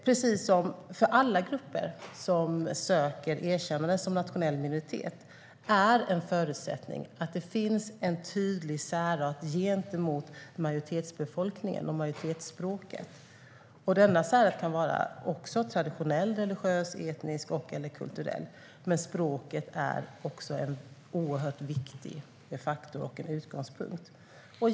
Precis som för alla grupper som söker erkännande som nationell minoritet är det en förutsättning att det finns en tydlig särart gentemot majoritetsbefolkningen och majoritetsspråket. Denna särart kan vara traditionell, religiös, etnisk eller kulturell, men språket är en oerhört viktig faktor och en utgångspunkt.